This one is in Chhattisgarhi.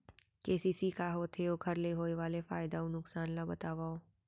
के.सी.सी का होथे, ओखर ले होय वाले फायदा अऊ नुकसान ला बतावव?